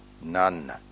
none